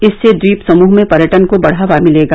इससे द्वीप समूह में पर्यटन को बढावा मिलेगा